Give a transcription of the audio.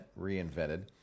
reinvented